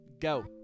Go